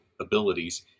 abilities